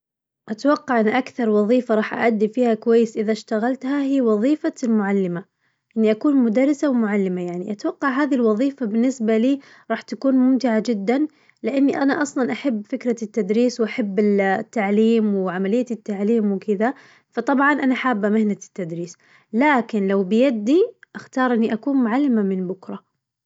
أتوقع إنه أكثر وظيفة راح أأدي فيها كويس إذا اشتغلتها هي وظيفة المعلمة، إني أكون مدرسة ومعلمة يعني أتوقع هذي الوظيفة بالنسبة لي راح تكون ممتعة جداً، لأني أنا أصلاً أحب فكرة التدريس وأحب ال- التعليم وعملية التعليم وكذا، فطبعاً أنا حابة مهنة التدريس لكن لو بيدي أختار إني أكون معلمة من بكرة.